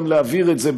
גם להבהיר את זה,